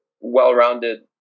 well-rounded